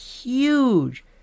huge